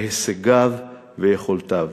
מהישגיו ומיכולותיו.